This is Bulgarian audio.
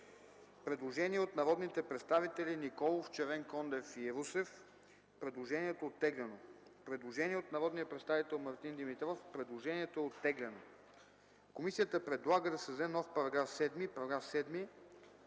Предложение от народните представители Николов, Червенкондев и Русев. Предложението е оттеглено. Предложение от народния представител Мартин Димитров. Предложението е оттеглено. Комисията предлага да се създаде нов § 7: „§ 7.